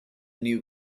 new